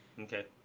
okay